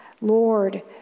Lord